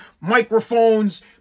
microphones